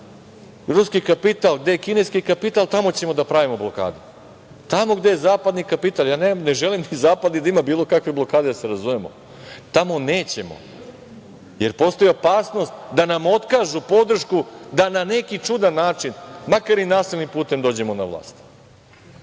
ruski kapital, gde je kineski kapital tamo ćemo da pravimo blokade, tamo gde je zapadni kapital. Ja ne želim ni zapad da ima bilo kakve blokade, da se razumemo. Tamo nećemo, jer postoji opasnost da nam otkažu podršku, da na neki čudan način, makar i nasilnim putem dođemo na vlast. Eto,